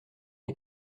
mes